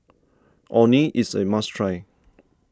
Orh Nee is a must try